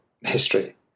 history